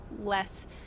less